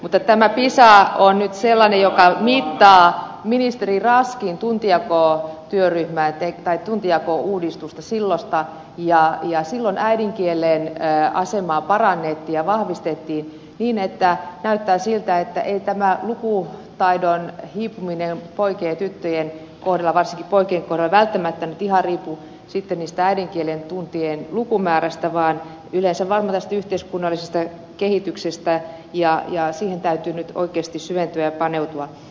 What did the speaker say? mutta tämä pisa on nyt sellainen joka mittaa ministeri raskin silloista tuntijakouudistusta ja silloin äidinkielen asemaa parannettiin ja vahvistettiin niin että näyttää siltä että ei tämä lukutaidon hiipuminen poikien ja tyttöjen kohdalla varsinkin poikien kohdalla välttämättä nyt ihan riipu äidinkielen tuntien lukumäärästä vaan yleensä varmaan tästä yhteiskunnallisesta kehitykses tä ja siihen täytyy nyt oikeasti syventyä ja paneutua